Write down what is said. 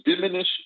diminish